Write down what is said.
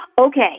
Okay